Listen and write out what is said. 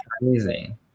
crazy